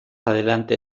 adelante